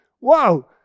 Wow